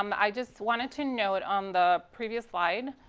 um i just wanted to note on the previous slide